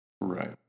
Right